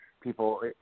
people